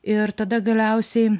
ir tada galiausiai